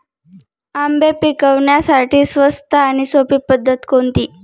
आंबे पिकवण्यासाठी स्वस्त आणि सोपी पद्धत कोणती?